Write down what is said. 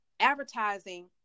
Advertising